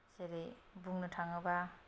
जेरै बुंनो थाङोब्ला